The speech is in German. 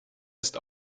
ist